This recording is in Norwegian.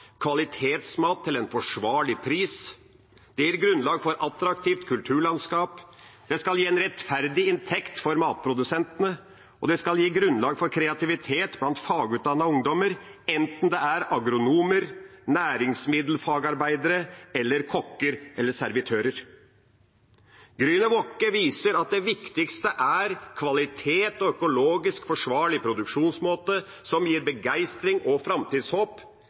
kvalitetsmat til en forsvarlig pris. Det gir grunnlag for et attraktivt kulturlandskap, det skal gi en rettferdig inntekt for matprodusentene, og det skal gi grunnlag for kreativitet blant fagutdannete ungdommer, enten det er agronomer, næringsmiddelfagarbeidere, kokker eller servitører. Grüne Woche viser at det viktigste er kvalitet og økologisk forsvarlig produksjonsmåte som gir begeistring og